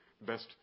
best